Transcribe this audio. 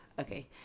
Okay